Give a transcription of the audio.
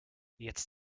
jetzt